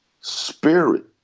spirit